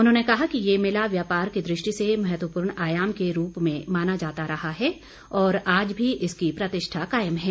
उन्होंने कहा कि ये मेला व्यापार की दृष्टि से महत्वपूर्ण आयाम के रूप में माना जाता रहा है और आज भी इसकी प्रतिष्ठा कायम है